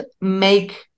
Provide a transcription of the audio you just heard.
make